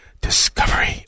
Discovery